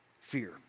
fear